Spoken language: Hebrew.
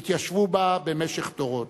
התיישבו בה במשך דורות,